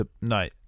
no